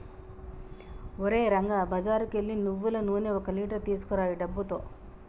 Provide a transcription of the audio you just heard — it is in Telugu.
ఓరే రంగా బజారుకు ఎల్లి నువ్వులు నూనె ఒక లీటర్ తీసుకురా ఈ డబ్బుతో